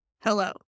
hello